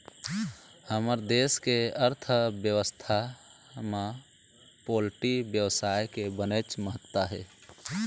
हमर देश के अर्थबेवस्था म पोल्टी बेवसाय के बनेच महत्ता हे